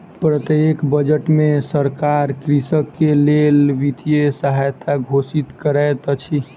प्रत्येक बजट में सरकार कृषक के लेल वित्तीय सहायता घोषित करैत अछि